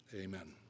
Amen